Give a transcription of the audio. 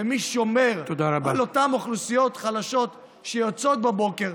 ומי שומר על אותן אוכלוסיות חלשות שיוצאות בבוקר,